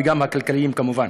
וגם הכלכליים כמובן.